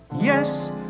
Yes